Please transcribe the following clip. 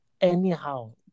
Anyhow